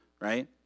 right